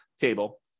table